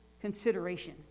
consideration